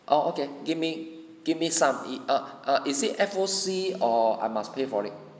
oh okay give me give me some e err err is it F_O_C or I must pay for it